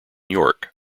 york